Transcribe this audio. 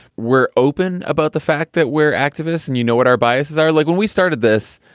we're open about the fact that we're activists and you know, what our biases are like. when we started this,